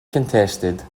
contested